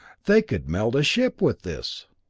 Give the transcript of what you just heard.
they could melt a ship with this!